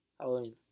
Halloween